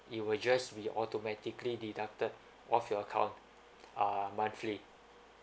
it will just be automatically deducted off your account uh monthly